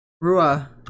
Rua